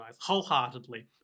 wholeheartedly